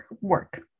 work